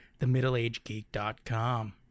themiddleagegeek.com